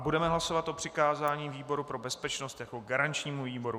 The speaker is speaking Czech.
Budeme hlasovat o přikázání výboru pro bezpečnost jako garančnímu výboru.